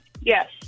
Yes